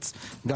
לחוות בכל הארץ,